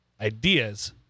ideas